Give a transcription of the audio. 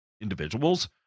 individuals